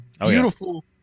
Beautiful